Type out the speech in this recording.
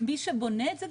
מי שבונה את זה,